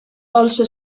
also